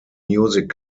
music